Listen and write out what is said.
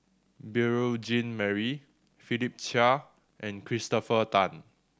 Beurel Jean Marie Philip Chia and Christopher Tan